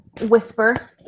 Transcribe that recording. Whisper